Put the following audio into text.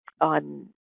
on